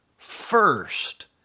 First